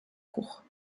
court